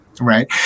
Right